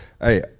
Hey